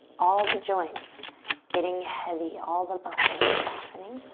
all the joints getting heavy. all the muscles softening.